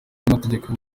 n’amategeko